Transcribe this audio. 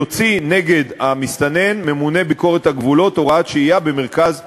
יוציא נגד המסתנן ממונה ביקורת הגבולות הוראת שהייה במרכז השהייה.